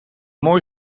mooi